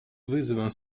вызовом